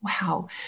Wow